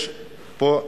יש פה היגיון: